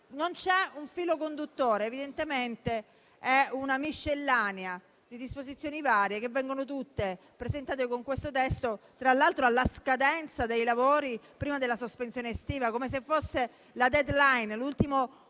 non c'è un filo conduttore. È evidentemente una miscellanea di disposizioni varie che vengono presentate con questo testo, tra l'altro alla scadenza dei lavori, prima della sospensione estiva, come se fosse la *deadline*, l'ultimo